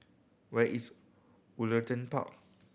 where is Woollerton Park